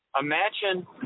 Imagine